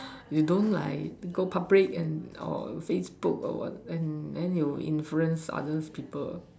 you don't like go public and or Facebook or what then you influence other people